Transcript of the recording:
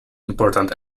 important